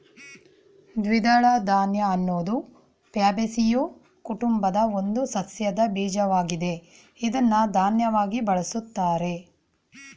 ದ್ವಿದಳ ಧಾನ್ಯ ಅನ್ನೋದು ಫ್ಯಾಬೇಸಿಯೊ ಕುಟುಂಬದ ಒಂದು ಸಸ್ಯದ ಬೀಜವಾಗಿದೆ ಇದ್ನ ಧಾನ್ಯವಾಗಿ ಬಳುಸ್ತಾರೆ